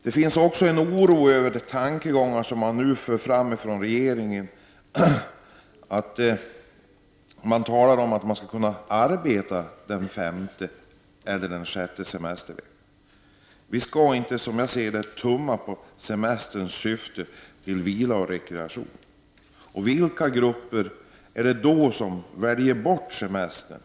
Det finns även en oro över de tankegångar som nu förs fram från regeringen om att människor skall kunna arbeta under den femte och den sjätte semesterveckan. Som jag ser det skall man inte tumma på att semesterns syfte är vila och rekreation. Och vilka kommer i så fall att välja bort semestern?